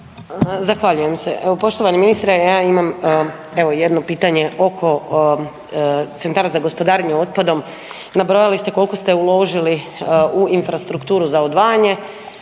Zahvaljujem se. Evo poštovani ministre, ja imam evo jedno pitanje oko centara gospodarenje otpadom. Nabrojali ste kolko ste uložili u infrastrukturu za odvajanje,